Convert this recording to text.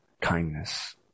kindness